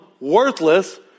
worthless